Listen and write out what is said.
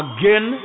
Again